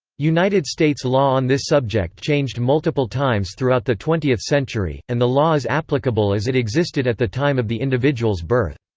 united states law on this subject changed multiple times throughout the twentieth century, and the law is applicable as it existed at the time of the individual's birth.